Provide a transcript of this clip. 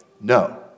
No